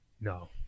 no